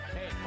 Hey